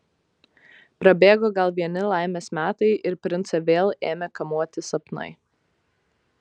prabėgo gal vieni laimės metai ir princą vėl ėmė kamuoti sapnai